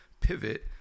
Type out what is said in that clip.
pivot